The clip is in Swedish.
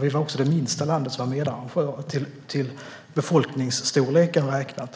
Vi var också det minsta land som var medarrangör, till befolkningsstorleken räknat.